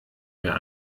mehr